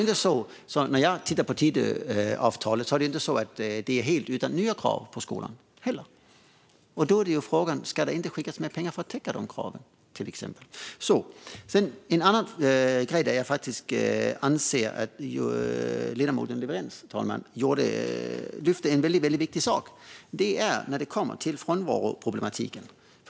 I Tidöavtalet saknas inte nya krav på skolan, och då är frågan: Ska det inte skickas mer pengar för att täcka dessa krav? Sedan anser jag att ledamoten Lewerentz lyfte en väldigt viktig sak, och det gäller frånvaroproblematiken.